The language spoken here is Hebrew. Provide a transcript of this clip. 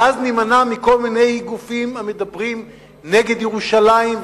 ואז נימנע מכל מיני גופים המדברים נגד ירושלים,